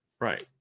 Right